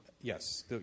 yes